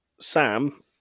Sam